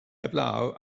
heblaw